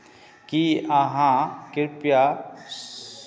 की अहाँ कृपया